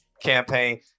campaign